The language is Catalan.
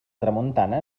tramuntana